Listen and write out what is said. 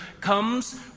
comes